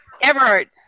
Everard